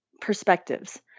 perspectives